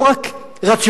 לא רק רציונלי,